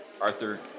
Arthur